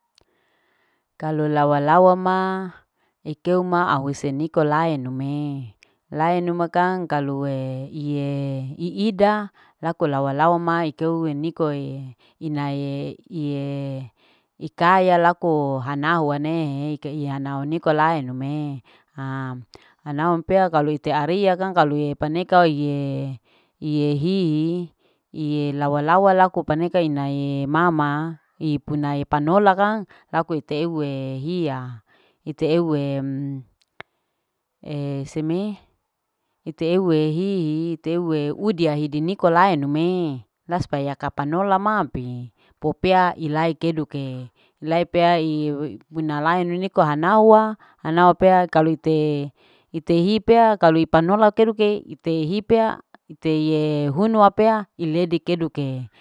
Kalu lawa. lawa ma ma au useniko lae nume. lae nume kang kaluee ihiee iida laku lawa. lawa ma ikeue nikoe inaee iyee ikaya laku hanau wane ike iya wanau niko lain numee haam anau pea kalu ite pea reia kang kalu iyee paneka kali iyee hihii iyee lawa. lawa laku paneka ina iyee mama iaunae panola kang laku ite uwe heia ite euwe seme. ite euwe hihi. ite euwe udia niko lae nume la supaya kapanola mampe popea ilsi keduke. ilai pea hiniko hanawa. hanawa pea kalu ite. ite hipea kalu ipanola keduke ite hipea ite hunua pea iledi keduke.